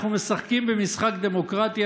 אנחנו משחקים משחק דמוקרטי,